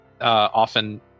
often